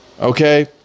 Okay